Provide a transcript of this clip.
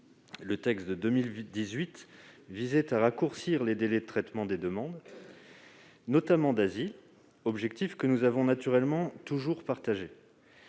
Le texte de 2018 visait à raccourcir les délais de traitement des demandes, notamment d'asile, objectif que nous avons naturellement toujours partagé.